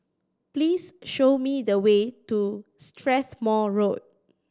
please show me the way to Strathmore Road